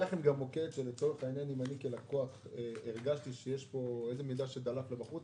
יהיה לכם גם מוקד שאם אני כלקוח הרגשתי שיש פה מידע שדלף החוצה,